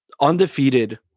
undefeated